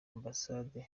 ambasade